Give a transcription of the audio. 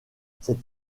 cette